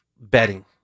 betting